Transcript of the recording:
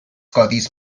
codis